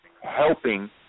helping